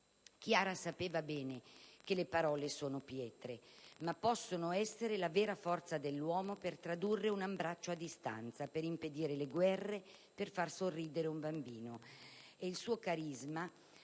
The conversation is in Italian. Chiara sapeva bene che le parole sono pietre, ma possono essere la vera forza dell'uomo per tradurre un abbraccio a distanza, per impedire le guerre, per far sorridere un bambino.